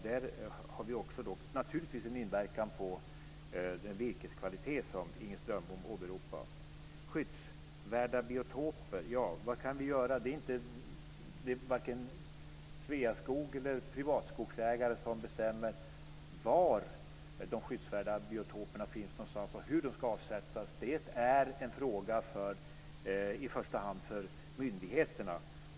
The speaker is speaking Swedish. Det har naturligtvis också en inverkan på virkeskvaliteten, som När det gäller skyddsvärda biotoper är det varken Sveaskog eller privata skogsägare som bestämmer var de skyddsvärda biotoperna finns och hur de ska avsättas, utan det är i första hand en fråga för myndigheterna.